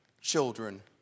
children